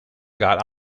got